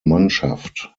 mannschaft